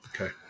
Okay